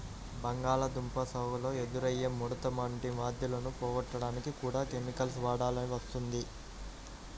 బంగాళాదుంప సాగులో ఎదురయ్యే ముడత వంటి వ్యాధులను పోగొట్టడానికి కూడా కెమికల్స్ వాడాల్సి వస్తుంది